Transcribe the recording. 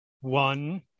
One